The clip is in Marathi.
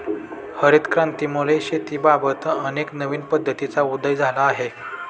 हरित क्रांतीमुळे शेतीबाबत अनेक नवीन पद्धतींचा उदय झाला आहे